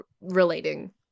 relating